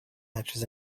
matches